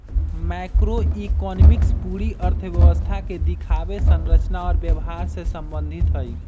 macroeconomics पूरी अर्थव्यवस्था के दिखावे, संरचना और व्यवहार से संबंधित हई